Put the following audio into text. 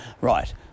Right